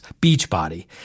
Beachbody